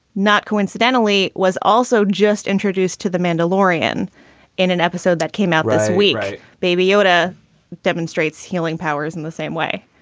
not coincidentally, was also just introduced to the mandar laurean in in an episode that came out this week. baby yoda demonstrates healing powers in the same way.